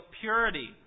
purity